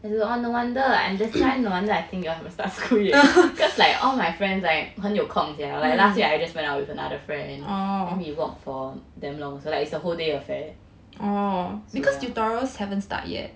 as no wonder like that's why no wonder I think you haven't to start school yet because like all my friends like 很有空这样 like last week I just went out with another friend then we walk for damn long so like it's a whole day affair so yeah